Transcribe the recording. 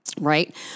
right